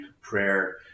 prayer